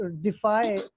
defy